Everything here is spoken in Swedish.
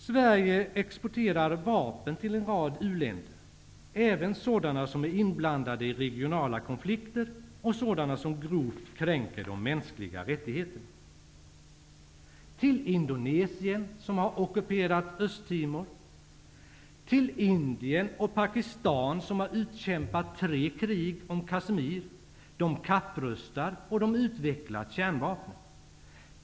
Sverige exporterar vapen till en rad u-länder, även sådana som är inblandade i regionala konflikter och sådana som grovt kränker de mänskliga rättigheterna, t.ex. Indonesien som har ockuperat Östtimor och till Indien och Pakistan som har utkämpat tre krig om Kashmir. De kapprustar och utvecklar kärnvapen.